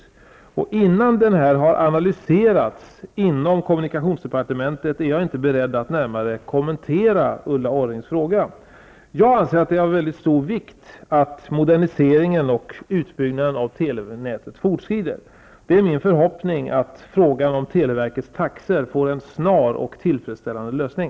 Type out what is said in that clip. Innan denna analyserats inom kommunikationsdepartementet är jag inte beredd att närmare kommentera Ulla Orrings fråga. Jag anser det vara av stor vikt att moderniseringen och utbyggnaden av telenätet fortskrider. Det är min förhoppning att frågan om televerkets taxor får en snar och tillfredsställande lösning.